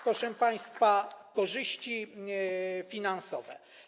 Proszę państwa, korzyści finansowe.